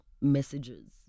messages